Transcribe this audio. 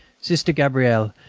sister gabrielle,